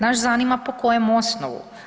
Nas zanima po kojem osnovu.